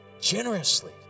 generously